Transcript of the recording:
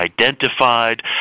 identified